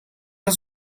was